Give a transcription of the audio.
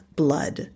blood